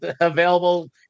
available